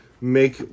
Make